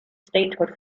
statehood